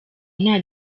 nta